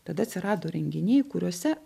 tada atsirado renginiai kuriuose